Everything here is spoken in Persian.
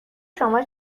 شما